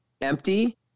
empty